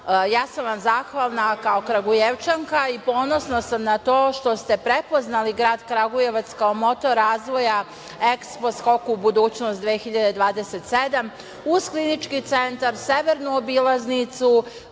ja sam vam zahvalna kao Kragujevčanka i ponosna sam na to što ste prepoznali grad Kragujevac kao motor razvoja „EKSPO – Skok u budućnost 2027“. Uz klinički centar, severnu obilaznicu